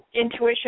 intuition